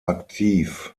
aktiv